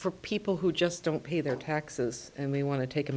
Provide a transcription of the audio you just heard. for people who just don't pay their taxes and they want to take a